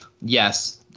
yes